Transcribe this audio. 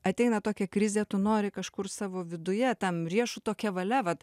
ateina tokia krizė tu nori kažkur savo viduje tam riešuto kevale vat